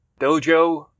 Dojo